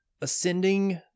ascending